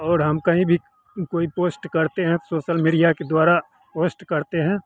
और हम कहीं भी कोई पोस्ट करते हैं सोसल मीडिया के द्वारा पोश्ट करते हैं